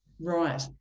Right